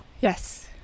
Yes